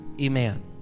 Amen